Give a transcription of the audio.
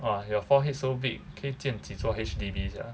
!wah! your forehead so big 可以建几座 H_D_B sia